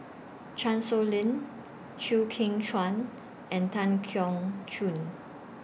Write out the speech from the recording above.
Chan Sow Lin Chew Kheng Chuan and Tan Keong Choon